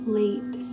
late